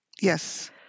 Yes